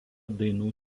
dainų